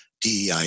DEI